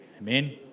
Amen